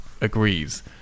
agrees